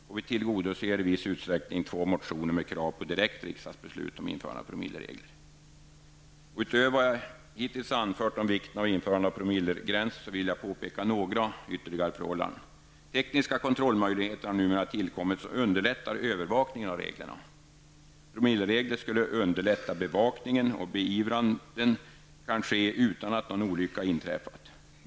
Dessutom tillgodoser vi i viss utsträckning yrkandena i två motioner med krav på direkt riksdagsbeslut om införande av promilleregler. Utöver vad jag hittills anfört om vikten av införande av promillegränser vill jag påpeka ytterligare några förhållanden. Tekniska kontrollmöjligheter har numera tillkommit som underlättar övervakningen av reglerna. Promilleregler skulle underlätta bevakningen, och beivranden kan ske utan att någon olycka inträffat.